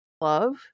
love